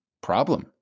problem